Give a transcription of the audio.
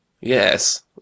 Yes